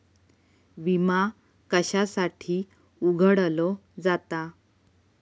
विमा कशासाठी उघडलो जाता?